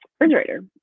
refrigerator